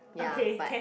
ya but